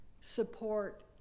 support